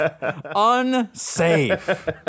Unsafe